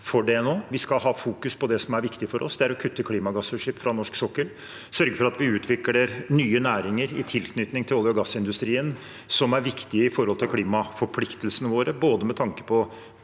Vi skal fokusere på det som er viktig for oss. Det er å kutte klimagassutslipp fra norsk sokkel og sørge for at vi utvikler nye næringer i tilknytning til olje- og gassindustrien som er viktige for klimaforpliktelsene våre, med tanke på